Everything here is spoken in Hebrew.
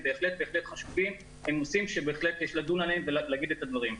הם נושאים שבהחלט יש לדון עליהם ולהגיד את הדברים.